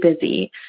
busy